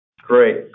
Great